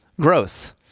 growth